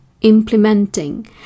implementing